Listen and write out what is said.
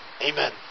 Amen